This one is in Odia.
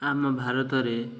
ଆମ ଭାରତରେ